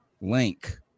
link